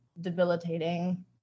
debilitating